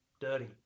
dirty